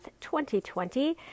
2020